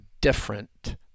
different